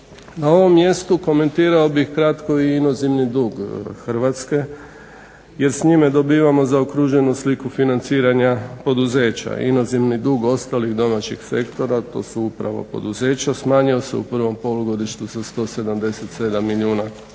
Na ovom mjestu komentirao bih kratko i inozemni dug Hrvatske, jer s njime dobivamo zaokruženu sliku financiranja poduzeća. Inozemni dug ostalih domaćih sektora, to su upravo poduzeća smanjio se u prvom polugodištu sa 177 milijuna eura,